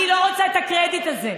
אני לא רוצה את הקרדיט הזה.